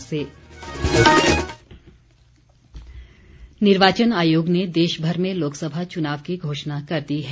लोकसभा चुनाव निर्वाचन आयोग ने देशभर में लोकसभा चुनाव की घोषणा कर दी है